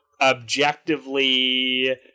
objectively